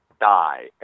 die